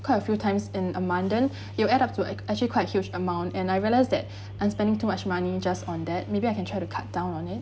quite a few times in a month then you add up to act~ actually quite a huge amount and I realize that I'm spending too much money just on that maybe I can try to cut down on it